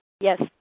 Yes